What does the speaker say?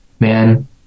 man